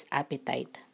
appetite